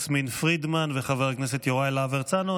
יסמין פרידמן וחבר הכנסת יוראי להב הרצנו.